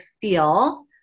feel